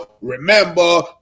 remember